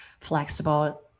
flexible